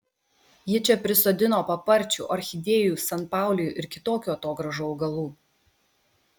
ji čia prisodino paparčių orchidėjų sanpaulijų ir kitokių atogrąžų augalų